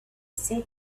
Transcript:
said